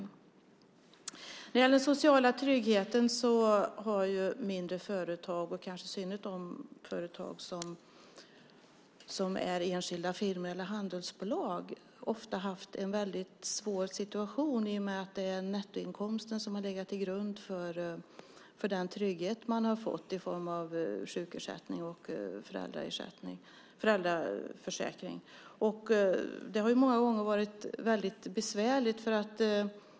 När det gäller den sociala tryggheten har mindre företag, i synnerhet de företag som är enskilda firmor eller handelsbolag, ofta haft en svår situation i och med att det är nettoinkomsten som har legat till grund för den trygghet man har fått i form av sjukersättning och föräldraförsäkring. Det har många gånger varit besvärligt.